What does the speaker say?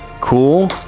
Cool